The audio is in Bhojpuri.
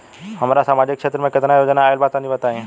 हमरा समाजिक क्षेत्र में केतना योजना आइल बा तनि बताईं?